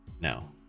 no